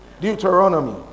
Deuteronomy